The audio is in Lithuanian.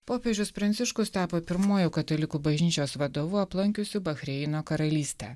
popiežius pranciškus tapo pirmuoju katalikų bažnyčios vadovu aplankiusiu bahreino karalystę